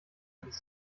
bis